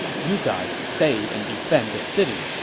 you guys stay and defend the city.